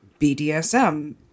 BDSM